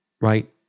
Right